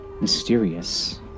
Mysterious